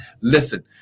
listen